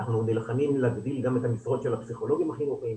אנחנו נלחמים להגדיל גם את המשרות של הפסיכולוגיים החינוכיים.